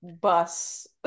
bus